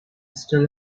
still